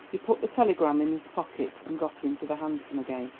he put the telegram in his pocket and got into the hansom again.